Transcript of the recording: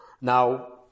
Now